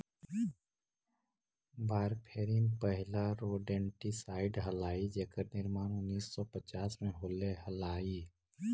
warfarin पहिला rodenticide हलाई जेकर निर्माण उन्नीस सौ पच्चास में होले हलाई